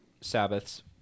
Sabbaths